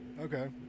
Okay